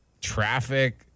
traffic